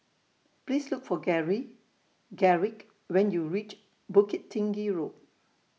Please Look For Gary Garrick when YOU REACH Bukit Tinggi Road